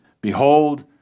Behold